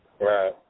Right